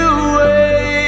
away